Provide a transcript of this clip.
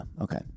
okay